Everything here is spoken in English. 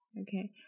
okay